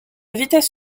vitesse